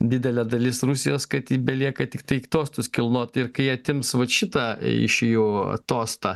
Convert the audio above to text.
didelė dalis rusijos kad ji belieka tik tai tostus kilnot ir kai atims vat šitą iš jų tostą